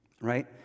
right